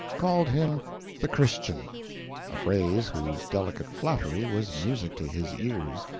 called him the christian a phrase whose delicate flattery was music to his ears,